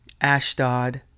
Ashdod